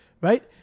right